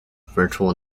virtual